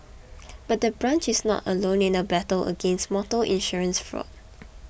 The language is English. but the branch is not alone in the battle against motor insurance fraud